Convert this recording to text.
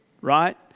Right